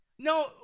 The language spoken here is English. No